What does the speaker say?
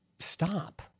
Stop